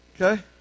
Okay